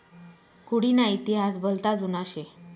हुडी ना इतिहास भलता जुना शे